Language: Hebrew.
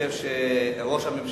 בכל אופן, אני חושב שראש הממשלה,